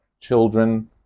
children